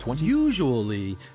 Usually